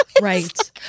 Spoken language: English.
right